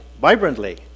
vibrantly